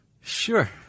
Sure